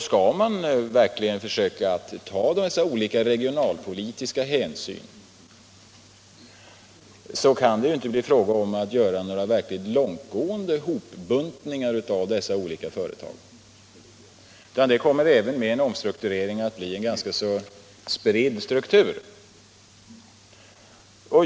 Skall man verkligen försöka ta regionalpolitiska hänsyn, kan det ju inte bli fråga om att göra några verkligt långtgående hopbuntningar av olika företag, utan det kommer även med en omstrukturering att bli en spridd struktur.